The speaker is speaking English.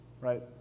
right